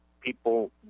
people